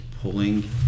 pulling